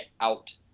out